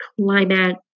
climate